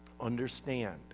understand